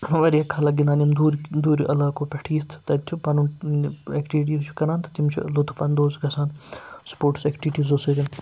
واریاہ خلق گِنٛدان یِم دوٗرِ دوٗرِ علاقو پٮ۪ٹھ یِتھ تَتہِ چھِ پَنُن ایٚکٹٕوِٹیٖز چھِ کَران تہٕ تِم چھِ لُطف اندوز گَژھان سٕپوٹس ایٚکٹٕوِٹیٖزو سۭتۍ